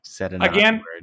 Again